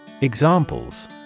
Examples